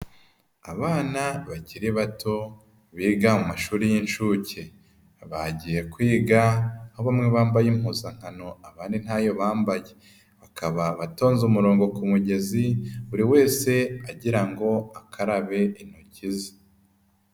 Abana bakiri bato biga mu mashuri y'incuke, bagiye kwiga aho bamwe bambaye impuzankano abandi nta yo bambaye. bakaba batonza umurongo ku mugezi buri wese agira ngo akarabe intoki ze.